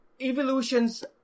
Evolutions